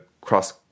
cross